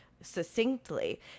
succinctly